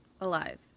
alive